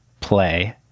play